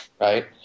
right